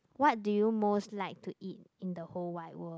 what do you most like to eat in the whole wide world